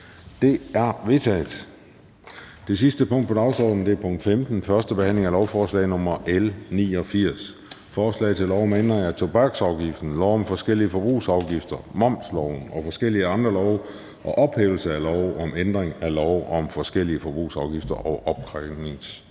Det er vedtaget. --- Det sidste punkt på dagsordenen er: 15) 1. behandling af lovforslag nr. L 89: Forslag til lov om ændring af tobaksafgiftsloven, lov om forskellige forbrugsafgifter, momsloven og forskellige andre love og ophævelse af lov om ændring af lov om forskellige forbrugsafgifter og opkrævningsloven.